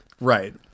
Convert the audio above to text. Right